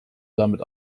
damit